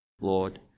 Lord